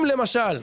אם למשל,